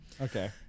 Okay